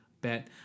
bet